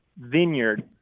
vineyard